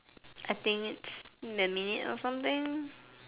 I think it's in a minute or something